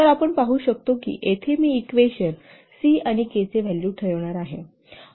तर आपण पाहु शकतो की येथे मी इक्वेशन साठी फक्त ' c' आणि 'k' ची व्हॅल्यू ठेवणार आहे